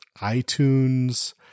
iTunes